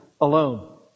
alone